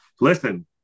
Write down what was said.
listen